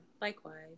likewise